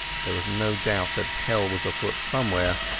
there was no doubt that hell was afoot somewhere.